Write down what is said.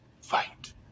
fight